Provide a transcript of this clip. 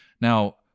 Now